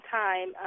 time